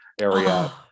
area